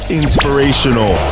inspirational